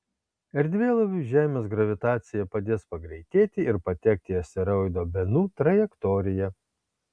erdvėlaiviui žemės gravitacija padės pagreitėti ir patekti į asteroido benu trajektoriją